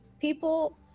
People